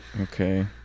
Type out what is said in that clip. Okay